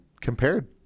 compared